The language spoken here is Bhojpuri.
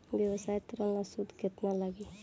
व्यवसाय ऋण ला सूद केतना लागी?